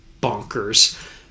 bonkers